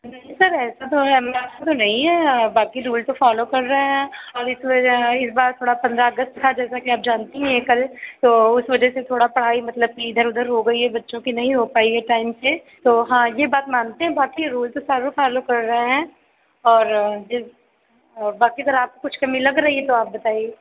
नहीं सर ऐसा तो हमें ज्ञात तो नहीं है बाकी रूल तो फॉलो कर रहे हैं और इस वजह इस बार थोड़ा पन्द्रह अगस्त था जैसा कि आप जानती हैं कल तो उस वजह से जैसा कि पढ़ाई मतलब कि इधर उधर हो गई है बच्चों की नहीं हो पाई है टाइम से तो हाँ ये बात मानते हैं बाकी रूल तो सारे फॉलो कर रहे हैं और किस बाकी अगर आप कुछ कमी लग रही है तो आप बताइए